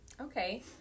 Okay